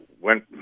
went